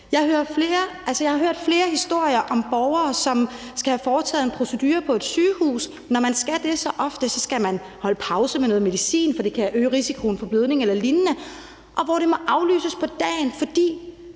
Jeg har hørt flere historier om borgere, som skal have foretaget en procedure på et sygehus – når man skal det så ofte, skal man holde pause med noget medicin, for det kan øge risikoen for blødning eller lignende – og hvor det må aflyses på dagen, fordi